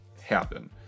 happen